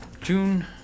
June